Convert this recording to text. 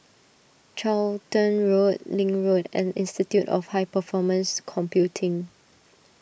Charlton Road Link Road and Institute of High Performance Computing